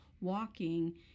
walking